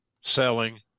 selling